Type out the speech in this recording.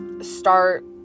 start